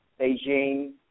Beijing